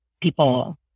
people